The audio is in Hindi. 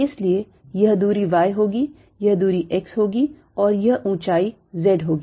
इसलिए यह दूरी y होगी यह दूरी x होगी और यह ऊंचाई z होगी